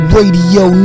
Radio